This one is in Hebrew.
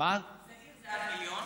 עסקים זה עד מיליון